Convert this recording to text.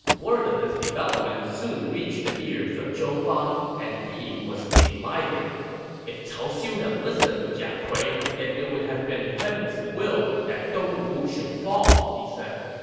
word of this development soon reached the ears of zhou fang, and he was delighted if cao xiu had listened to jia kui, then it would have been heaven's will that dongwu should fall, he said.